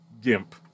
gimp